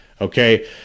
okay